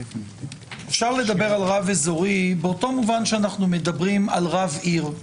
אפשר לדבר על רב אזורי באותו מובן שאנחנו מדברים על רב עיר.